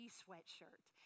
sweatshirt